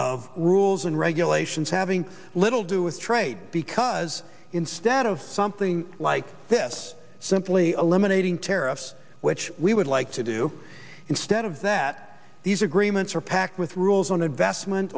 of rules and regulations having little do with trade because instead of something like this simply eliminating tariffs which we would like to do instead of that these agreements are packed with rules on